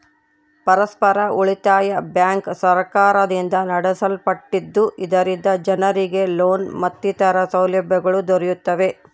ಪರಸ್ಪರ ಉಳಿತಾಯ ಬ್ಯಾಂಕ್ ಸರ್ಕಾರದಿಂದ ನಡೆಸಲ್ಪಟ್ಟಿದ್ದು, ಇದರಿಂದ ಜನರಿಗೆ ಲೋನ್ ಮತ್ತಿತರ ಸೌಲಭ್ಯಗಳು ದೊರೆಯುತ್ತವೆ